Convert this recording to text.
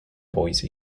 boise